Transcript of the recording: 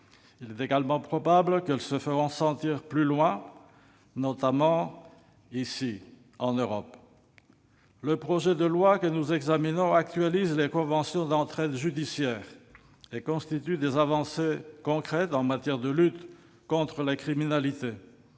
Il est également probable qu'ils se feront sentir plus loin, notamment ici, en Europe. Le projet de loi que nous examinons actualise les conventions d'entraide judiciaire et offre des avancées concrètes en matière de lutte contre la criminalité,